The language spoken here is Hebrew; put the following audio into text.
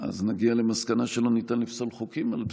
אז נגיע למסקנה שלא ניתן לפסול חוקים על בסיסו,